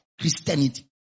Christianity